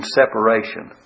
separation